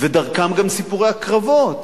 ודרכם גם סיפורי הקרבות